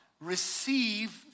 receive